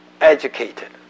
educated